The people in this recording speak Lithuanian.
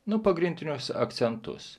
nu pagrindinius akcentus